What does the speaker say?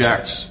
objects